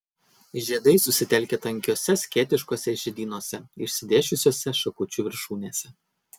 žiedai susitelkę tankiuose skėtiškuose žiedynuose išsidėsčiusiuose šakučių viršūnėse